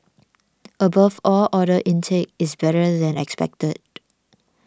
above all order intake is better than expected